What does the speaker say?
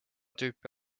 tüüpi